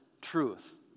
truth